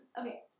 okay